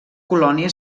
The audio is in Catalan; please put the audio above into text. colònia